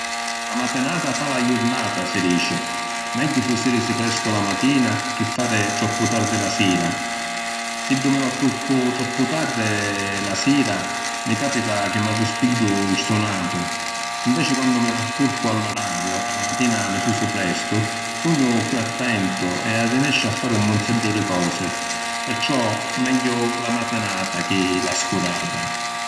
La matinata fa la jurnata, si dici. Megghiu susìrisi prestu la matina chi fari troppu tardi la sira. Siddu mi va curcu troppu tardi la sira mi capita chi m’arrispigghiu stunatu. Inveci quannu mi va curcu a l’orariu e la matina mi sùsu prestu, sugnu chiù attentu e arrinesciu a fari un munzeddu di cosi. Perciò megghiu la matinata chi la scurata.